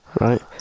right